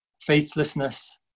faithlessness